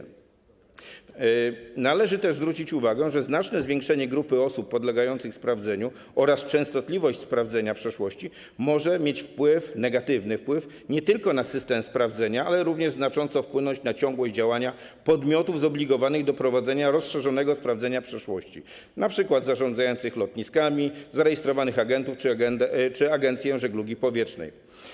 Należy też zwrócić uwagę, że znaczne zwiększenie grupy osób podlegających sprawdzeniu oraz częstotliwość sprawdzenia przeszłości mogą nie tylko mieć negatywny wpływ na system sprawdzenia, ale również znacząco wpłynąć na ciągłość działania podmiotów zobligowanych do prowadzenia rozszerzonego sprawdzenia przeszłości, np. zarządzających lotniskami, zarejestrowanych agentów czy Agencję Żeglugi Powietrznej.